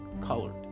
colored